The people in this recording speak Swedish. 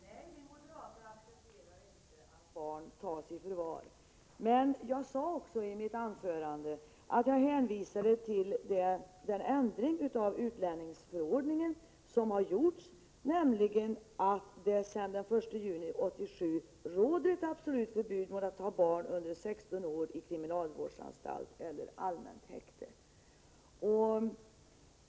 Fru talman! Nej, vi moderater accepterar inte att barn tas i förvar. Men jag sade också i mitt anförande att jag hänvisade till den ändring av utlänningsförordningen som har gjorts, nämligen att det sedan den 1 juli 1987 råder ett absolut förbud mot att ha barn under 16 år i kriminalvårdsanstalt eller allmänt häkte.